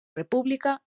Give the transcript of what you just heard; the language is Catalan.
república